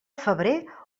febrer